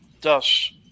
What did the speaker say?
thus